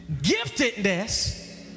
giftedness